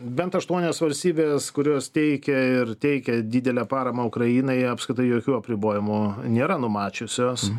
bent aštuonios valstybės kurios teikė ir teikia didelę paramą ukrainai apskritai jokių apribojimų nėra numačiusios